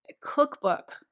cookbook